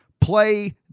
Play